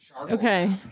Okay